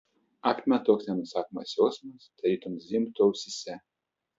apima toks nenusakomas jausmas tarytum zvimbtų ausyse